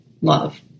love